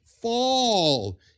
fall